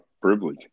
privilege